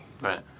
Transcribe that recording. right